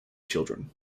children